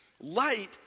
Light